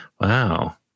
Wow